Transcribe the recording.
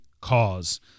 cause